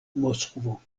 moskvo